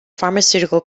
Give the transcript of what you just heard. pharmaceutical